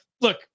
Look